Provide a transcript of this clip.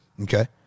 Okay